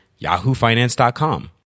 yahoofinance.com